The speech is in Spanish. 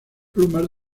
plumas